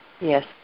Yes